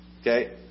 Okay